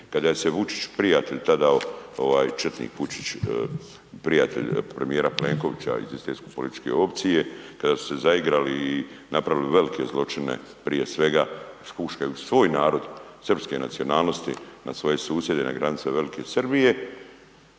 kada se Vučić prijatelj tada četnik Vučić, prijatelj premijera Plenkovića iz iste političke opcije kada su se zaigrali i napravili velike zločine prije svega huškajući svoj narod srpske nacionalnosti na svoje susjede na granice velike Srbije